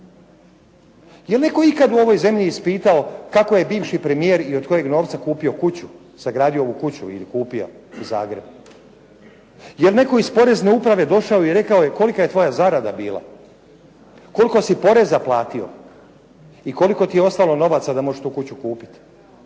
Jel netko ikad u ovoj zemlji ispitao kako je bivši premijer i od kojeg novca kupio kuću, sagradio kuću ili kupio u Zagrebu? Jel netko iz porezne uprave došao i rekao "Kolika je tvoja zarada bila? Koliko si poreza platio i koliko ti je ostalo novaca da možeš tu kuću kupiti?"